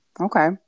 Okay